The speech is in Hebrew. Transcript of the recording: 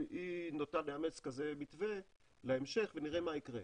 היא נוטה לאמץ כזה מתווה להמשך ונראה מה יקרה.